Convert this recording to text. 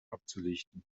abzulichten